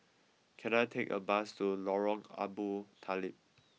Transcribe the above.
can I take a bus to Lorong Abu Talib